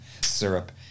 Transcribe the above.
syrup